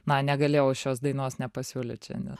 na negalėjau šios dainos nepasiūlyt šiandien